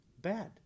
bad